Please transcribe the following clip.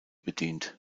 bedient